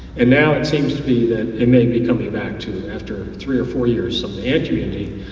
and now it seems to be that it may be coming back to after three or four years of the ant community.